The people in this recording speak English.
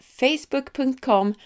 facebook.com